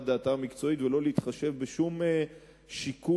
דעתם המקצועית ולא להתחשב בשום שיקול,